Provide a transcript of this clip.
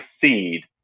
seed